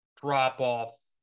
drop-off